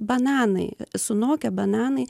bananai sunokę bananai